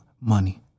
money